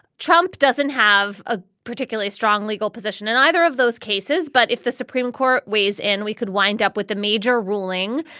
trump doesn't have a particularly strong legal position in either of those cases. but if the supreme court weighs in, we could wind up with a major ruling.